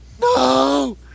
No